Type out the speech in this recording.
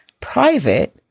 private